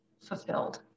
fulfilled